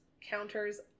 counters